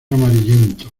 amarillento